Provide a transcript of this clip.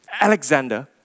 Alexander